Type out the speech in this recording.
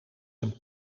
een